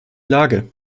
lage